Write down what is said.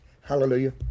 Hallelujah